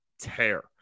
tear